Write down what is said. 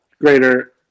greater